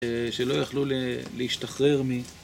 שלא יכלו ל... להשתחרר מ...